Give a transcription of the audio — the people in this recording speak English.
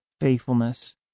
faithfulness